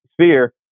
sphere